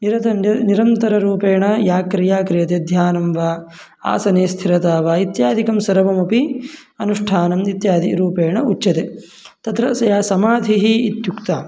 निरत निरन्तररूपेण या क्रिया क्रियते ध्यानं वा आसने स्थिरता वा इत्यादिकं सर्वमपि अनुष्ठानम् इत्यादि रूपेण उच्यते तत्र स या समाधिः इत्युक्ता